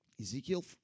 Ezekiel